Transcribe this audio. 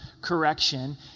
correction